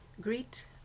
Greet